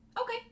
Okay